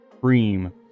cream